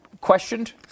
questioned